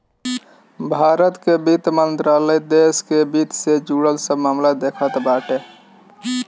भारत कअ वित्त मंत्रालय देस कअ वित्त से जुड़ल सब मामल के देखत बाटे